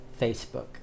Facebook